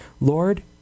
Lord